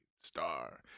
star